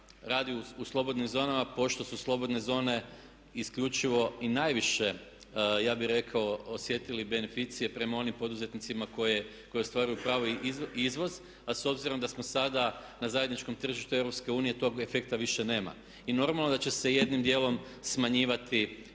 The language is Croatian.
radi u slobodnim zonama pošto su slobodne zone isključivo i najviše ja bih rekao osjetio beneficije prema onim poduzetnicima koje ostvaraju pravo i izvoz. A obzirom da smo sada na zajedničkom tržištu EU tog efekta više nema i normalno da će se jednim djelom smanjivati